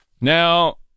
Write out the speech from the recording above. Now